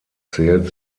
zählt